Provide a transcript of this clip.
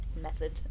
method